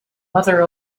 mother